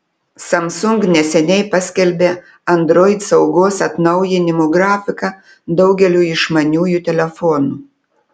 samsung neseniai paskelbė android saugos atnaujinimų grafiką daugeliui išmaniųjų telefonų